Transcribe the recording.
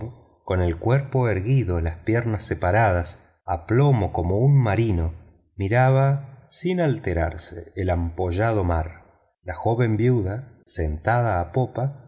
con el cuerpo erguido las piernas separadas a plomo como un marino miraba sin alterarse el ampollado mar la joven viuda sentada a popa